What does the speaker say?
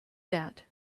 that